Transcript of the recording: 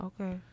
Okay